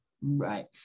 Right